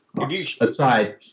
aside